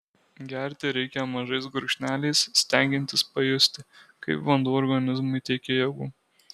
gerti reikia mažais gurkšneliais stengiantis pajusti kaip vanduo organizmui teikia jėgų